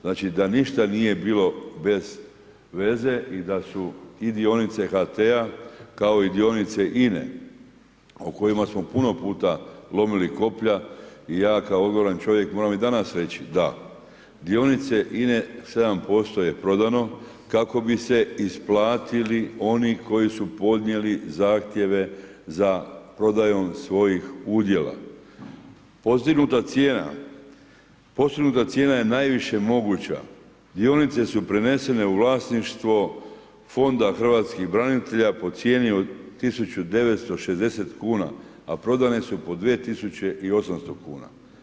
Znači da ništa nije bilo bez veze i da su i dionice HT-a kao i dionice INA-e o kojima smo puno puta lomili koplja i ja kao … čovjek moram i danas reći da dionice INA-e 7% je prodano kako bi se isplatili oni koji su podnijeli zahtjeve za prodajom svojih udjela. … postignuta cijena je najviše moguća, dionice su prenesene u vlasništvo Fonda hrvatskih branitelja po cijeni od 1960kn a prodane su po 2800kn.